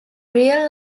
real